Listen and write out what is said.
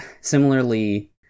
similarly